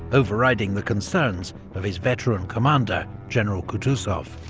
overriding the concerns of his veteran commander, general kutuzov.